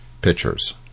pictures